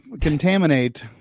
contaminate